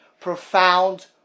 profound